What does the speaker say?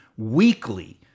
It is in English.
weekly